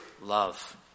love